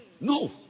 No